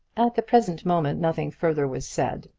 at the present moment nothing further was said,